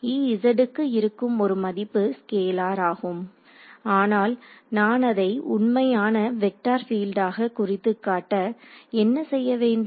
EZ க்கு இருக்கும் ஒரு மதிப்பு ஸ்கேலார் ஆகும் ஆனால் நான் அதை உண்மையான வெக்டார் பீல்டாக குறித்துக்காட்ட என்ன செய்ய வேண்டும்